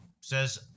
says